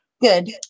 Good